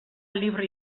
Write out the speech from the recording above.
libre